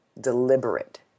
deliberate